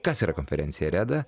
kas yra konferencija reda